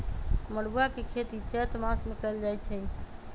मरुआ के खेती चैत मासमे कएल जाए छै